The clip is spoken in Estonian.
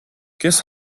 kes